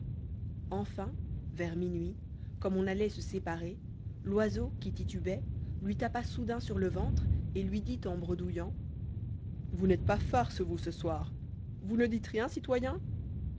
enfin vers minuit comme on allait se séparer loiseau qui titubait lui tapa soudain sur le ventre et lui dit en bredouillant vous n'êtes pas farce vous ce soir vous ne dites rien citoyen